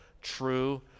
true